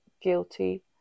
guilty